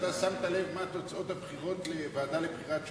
שמת לב מה היו תוצאות הבחירות בוועדה לבחירת שופטים?